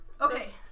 Okay